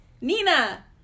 Nina